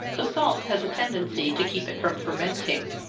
the salt has a tendency to keep it from fermenting.